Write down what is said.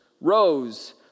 rose